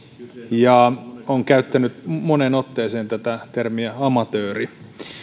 ja on käyttänyt moneen otteeseen termiä amatööri